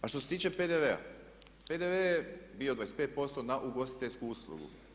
A što se tiče PDV-a, PDV je bio 25% na ugostiteljsku uslugu.